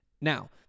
Now